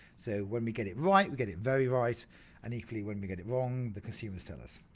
so when we get it right, we get it very right and equally when we get it wrong, the consumers tell us.